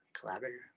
Collaborator